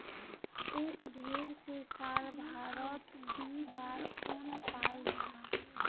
एक भेर से साल भारोत दी बार उन पाल जाहा